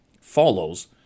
follows